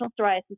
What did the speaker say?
Psoriasis